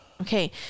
Okay